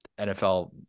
NFL